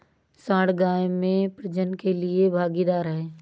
सांड गाय में प्रजनन के लिए भागीदार है